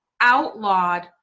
Outlawed